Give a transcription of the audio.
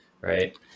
right